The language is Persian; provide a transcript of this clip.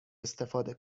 استفاده